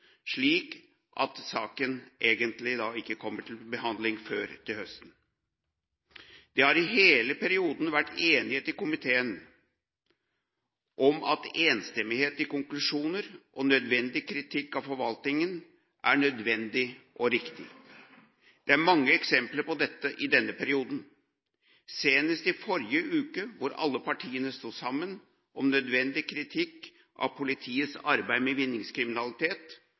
slik at saken da egentlig ikke kommer til behandling før til høsten. Det har i hele perioden vært enighet i komiteen om at enstemmighet i konklusjoner og nødvendig kritikk av forvaltningen er nødvendig og riktig. Det er mange eksempler på dette i denne perioden, senest i forrige uke, hvor alle partiene sto sammen om nødvendig kritikk av politiets arbeid mot vinningskriminalitet